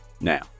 now